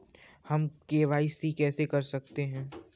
हम के.वाई.सी कैसे कर सकते हैं?